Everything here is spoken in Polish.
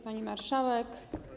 Pani Marszałek!